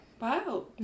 Wow